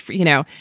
you know,